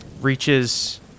Reaches